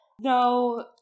No